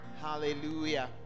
hallelujah